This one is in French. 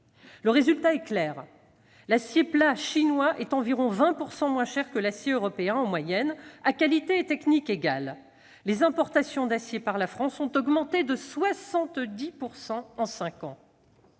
Le résultat est clair : l'acier plat chinois est en moyenne environ 20 % moins cher que l'acier européen, à qualité et techniques égales. Les importations d'acier par la France ont augmenté de 70 % en cinq ans.